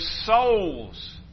souls